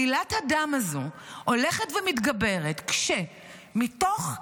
עלילת הדם הזו הולכת ומתגברת, כשמתוך,